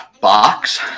box